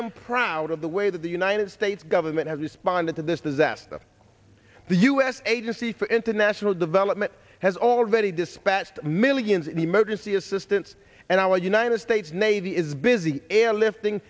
am proud of the way that the united states government has responded to this disaster the u s agency for international development has already dispatched millions in emergency assistance and our united states navy is busy air lifting